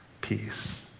peace